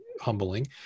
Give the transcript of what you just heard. humbling